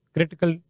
Critical